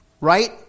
Right